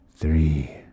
Three